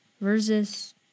Versus